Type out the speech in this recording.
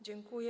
Dziękuję.